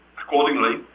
Accordingly